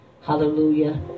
Hallelujah